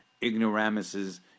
ignoramuses